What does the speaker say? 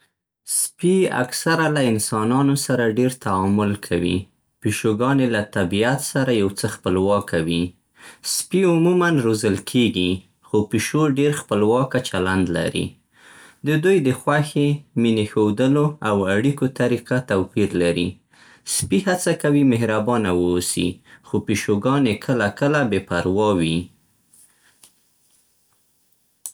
سپي اکثره له انسانانو سره ډېر تعامل کوي. پیشوګانې له طبیعت سره یو څه خپلواکه وي. سپي عموماً روزل کېږي؛ خو پیشو ډېر خپلواکه چلند لري. د دوی د خوښې، مینې ښودلو، او اړیکو طریقه توپیر لري. سپي هڅه کوي مهربانه واوسي، خو پیشوګانې کله کله بې‌پروا وي.